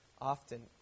often